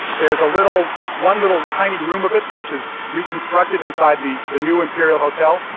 there's a little one little tiny room of it which is reconstructed inside the the new imperial hotel.